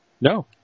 No